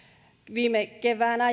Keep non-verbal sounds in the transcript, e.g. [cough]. viime keväänä [unintelligible]